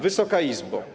Wysoka Izbo!